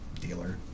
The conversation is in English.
dealer